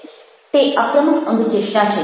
તે આક્રમક અંગચેષ્ટા છે